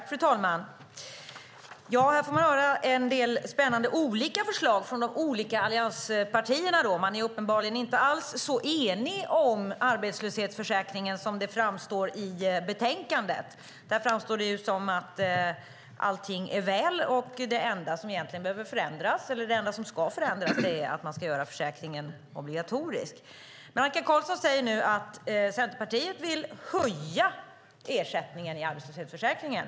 Fru talman! Här får man höra en del spännande förslag från de olika allianspartierna. Man är uppenbarligen inte alls så enig om arbetslöshetsförsäkringen som det framstår i betänkandet. Där framstår det som att allt är väl, och det enda som ska förändras är att göra försäkringen obligatorisk. Annika Qarlsson säger nu att Centerpartiet vill höja ersättningen i arbetslöshetsförsäkringen.